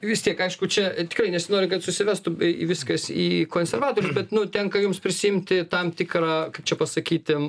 vis tiek aišku čia tikrai nesinori kad susivestų į viskas į konservatorius bet nu tenka jums prisiimti tam tikrą kaip čia pasakyti